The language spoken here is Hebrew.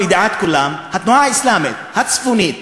ולידיעת כולם: התנועה האסלאמית הצפונית